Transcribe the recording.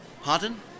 Pardon